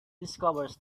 discovers